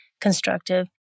constructive